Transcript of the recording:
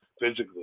physically